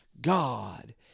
god